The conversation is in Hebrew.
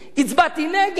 הצבעתי נגד.